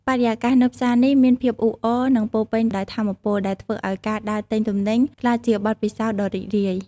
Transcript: បរិយាកាសនៅផ្សារនេះមានភាពអ៊ូអរ និងពោរពេញដោយថាមពល ដែលធ្វើឱ្យការដើរទិញទំនិញក្លាយជាបទពិសោធន៍ដ៏រីករាយ។